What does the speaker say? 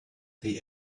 they